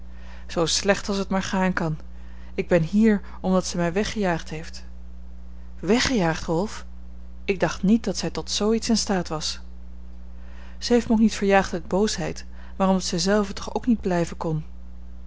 zoo slecht als het maar gaan kan ik ben hier omdat zij mij weggejaagd heeft weggejaagd rolf ik dacht niet dat zij tot zoo iets in staat was zij heeft mij ook niet verjaagd uit boosheid maar omdat zij zelve toch ook niet blijven kon